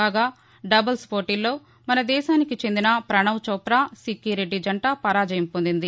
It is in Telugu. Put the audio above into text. కాగా డబుల్స్ పోటీల్లో మనదేశానికి చెందిన ప్రణవ్చోపా సిక్సిరెడ్డి జంట పరాజయం పొందింది